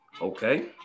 Okay